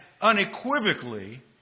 unequivocally